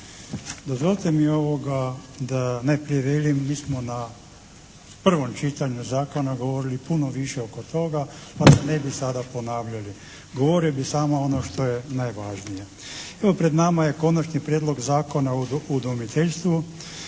Dozvolite mi da najprije velim, mi smo na prvom čitanju zakona govorili puno više oko toga, pa ne bi sada ponavljali. Govorio bi samo ono što je najvažnije. Evo pred nama je Konačni prijedlog Zakona o udomiteljstvu